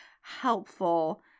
helpful